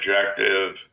objective